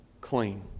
clean